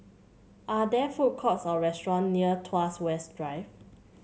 are there food courts or restaurant near Tuas West Drive